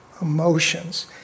emotions